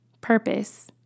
Purpose